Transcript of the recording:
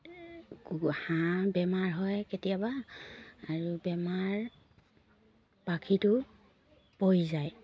কুকুৰা হাঁহ বেমাৰ হয় কেতিয়াবা আৰু বেমাৰ পাখিটো পৰি যায়